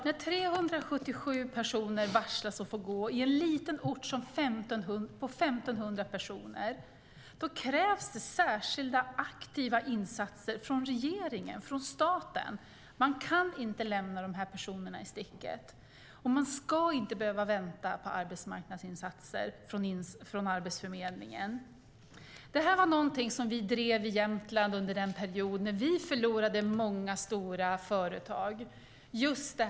När 177 personer varslas och får lämna sitt jobb i en liten ort på drygt 1 500 personer krävs det särskilda aktiva insatser från regeringen, från staten. Man kan inte lämna de här personerna i sticket. Man ska inte behöva vänta på arbetsmarknadsinsatser från Arbetsförmedlingen. Det här var någonting vi drev i Jämtland under den period då vi förlorade många stora företag.